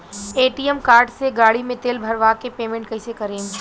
ATM card से गाड़ी मे तेल भरवा के पेमेंट कैसे करेम?